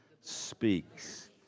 speaks